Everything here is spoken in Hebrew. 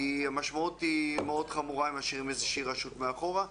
כי המשמעות היא מאוד חמורה אם משאירים איזושהי רשות מאחורה.